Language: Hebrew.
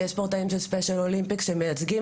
יש ספורטאים של ספיישל אולימפיקס שמייצגים